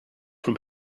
from